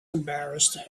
embarrassed